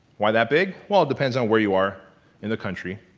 why that big? well, it depends on where you are in the country.